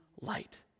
light